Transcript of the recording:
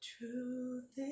Truth